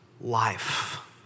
life